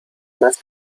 más